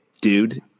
dude